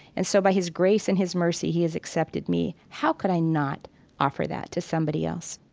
and so by his grace and his mercy, he has accepted me. how could i not offer that to somebody else?